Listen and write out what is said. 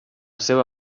seva